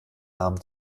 namen